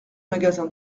magasin